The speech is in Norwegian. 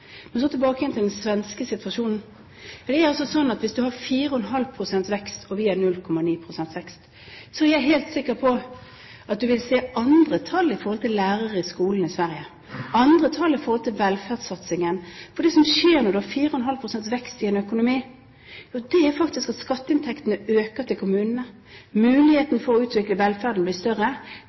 Men så tilbake igjen til den svenske situasjonen. For når de har 4,5 pst. vekst og vi har 0,9 pst. vekst, er jeg helt sikker på at man vil se andre tall når det gjelder lærere i skolen i Sverige, andre tall når det gjelder velferdssatsingen. For det som skjer når man har 4,5 pst. vekst i en økonomi, er faktisk at skatteinntektene til kommunene øker. Muligheten for å utvikle velferden blir større.